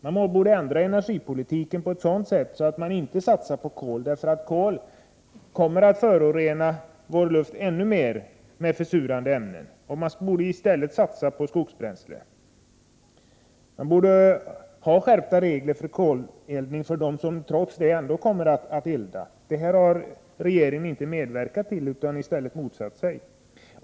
Man borde ändra energipolitiken på ett sådant sätt att man inte satsar på kol. Kol kommer att förorena vår luft ännu mer med försurande ämnen. Man borde i stället satsa på skogsbränsle. Det borde införas skärpta regler för koleldning för dem som trots allt kommer att elda med kol. Detta har regeringen inte medverkat till utan i stället motsatt sig.